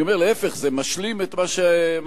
להיפך, זה משלים את מה שאמרתי.